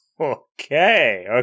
okay